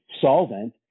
solvent